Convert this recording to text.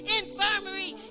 infirmary